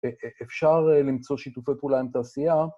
אפשר למצוא שיתופי פעולה עם תעשייה.